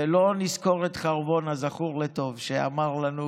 ולא נזכור את חרבונה זכור לטוב, שאמר לנו